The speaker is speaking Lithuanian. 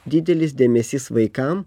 didelis dėmesys vaikam